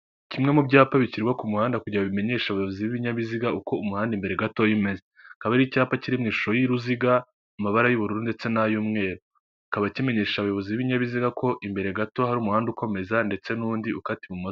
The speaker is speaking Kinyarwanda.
Kimwe mu byapa bishyirwa ku muhanda kugira bimenyeshe abayobozi b'ibinyabiziga uko umuhanda imbere gatoya umeze akaba ari icyapa kiri mu ishusho y'uruziga amabara y'ubururu ndetse n'ay'umweru kikaba kimenyesha abayobozi b'ibinyabiziga ko imbere gato hari umuhanda ukomeza ndetse n'undi ukata ibumoso.